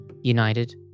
united